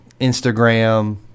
Instagram